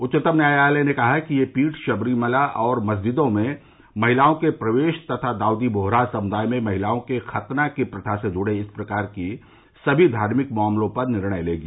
उच्चतम न्यायालय ने कहा कि यह पीठ शबरीमाला और मस्जिदों में महिलाओं के प्रवेश तथा दाऊदी बोहरा समुदाय में महिलाओं के खतना की प्रथा से जुड़े इस प्रकार के सभी धार्मिक मामलों पर निर्णय लेगी